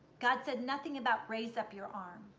god said nothing about raise up your arm.